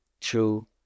true